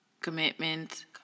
commitment